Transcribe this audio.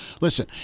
listen